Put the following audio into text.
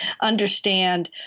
understand